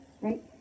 right